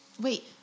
Wait